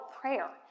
prayer